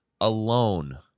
Alone